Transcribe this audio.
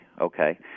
okay